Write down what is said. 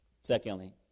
Secondly